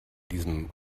diesem